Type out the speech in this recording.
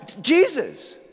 Jesus